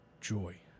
joy